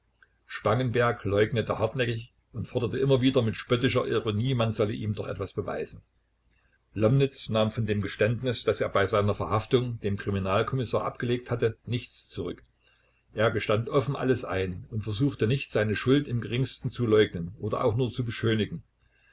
spangenberg leugnete hartnäckig und forderte immer wieder mit spöttischer ironie man solle ihm doch etwas beweisen lomnitz nahm von dem geständnis das er bei seiner verhaftung dem kriminalkommissar abgelegt hatte nichts zurück er gestand offen alles ein und versuchte nicht seine schuld im geringsten zu leugnen oder auch nur zu beschönigen